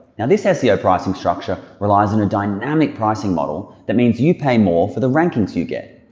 and this ah seo pricing structure relies on a dynamic pricing model that means you pay more for the rankings you get.